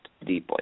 deeply